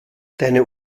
deine